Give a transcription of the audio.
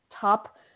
top